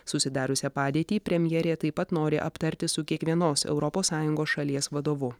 susidariusią padėtį premjerė taip pat nori aptarti su kiekvienos europos sąjungos šalies vadovu